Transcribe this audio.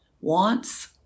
wants